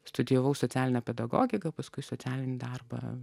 studijavau socialinę pedagogiką paskui socialinį darbą